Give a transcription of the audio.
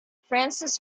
francis